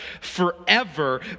forever